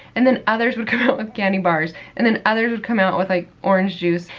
and then others would come out with candy bars, and then others would come out with like orange juice,